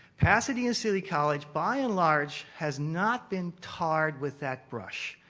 pasadena city college by and large has not been tarred with that brush.